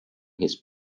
his